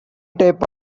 types